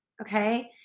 Okay